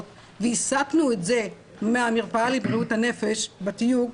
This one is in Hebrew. והסטנו את זה מהמרפאה לבריאות הנפש בתיוג,